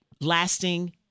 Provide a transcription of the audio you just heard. lasting